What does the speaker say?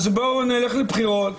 אז בואו נלך לבחירות.